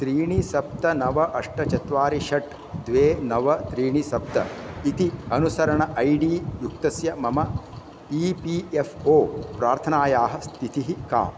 त्रीणि सप्त नव अष्ट चत्वारि षट् द्वे नव त्रीणि सप्त इति अनुसरण ऐ डी युक्तस्य मम ई पी एफ़् ओ प्रार्थनायाः स्थितिः का